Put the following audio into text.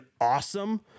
awesome